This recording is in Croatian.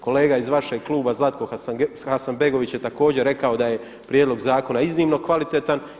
Kolega iz vašeg kluba Zlatko Hasanbegović je također rekao da je prijedlog zakona iznimno kvalitetan.